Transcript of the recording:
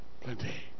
Plenty